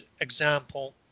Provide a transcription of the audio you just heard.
example